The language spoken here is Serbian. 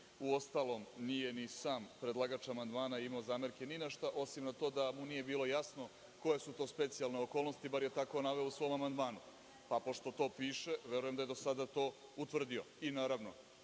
Uostalom, nije ni sam predlagač amandmana imao zamerke ni na šta, osim na to da mu nije bilo jasno koje su to specijalne okolnosti, bar je tako naveo u svom amandmanu. Pa pošto to piše, verujem da je do sada to utvrdio.I naravno,